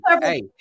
hey